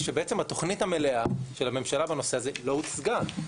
שבעצם התוכנית המלאה של הממשלה בנושא הזה לא הוצגה,